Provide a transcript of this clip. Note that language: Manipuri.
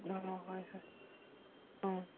ꯑꯥ ꯍꯣꯏ ꯍꯣꯏ ꯑꯥ